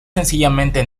sencillamente